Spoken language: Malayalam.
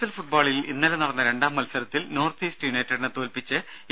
എൽ ഫുട്ബോളിൽ ഇന്നലെ നടന്ന രണ്ടാം മത്സരത്തിൽ നോർത്ത് ഈസ്റ്റ് യുണൈറ്റഡിനെ തോൽപ്പിച്ച് എ